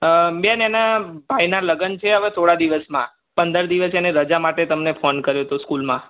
અ બેન એને ભાઈનાં લગ્ન છે હવે થોડા દિવસમાં પંદર દિવસ એને રજા માટે તમને ફોન કર્યો હતો સ્કૂલમાં